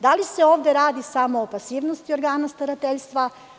Da li se ovde radi samo o pasivnosti organa starateljstva?